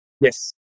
Yes